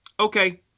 Okay